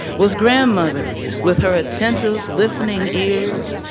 was grandmother with her attentive listening ears,